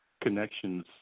connections